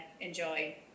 enjoy